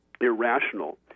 irrational